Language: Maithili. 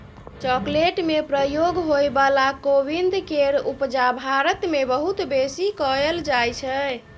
चॉकलेट में प्रयोग होइ बला कोविंद केर उपजा भारत मे बहुत बेसी कएल जाइ छै